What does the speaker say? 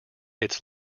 its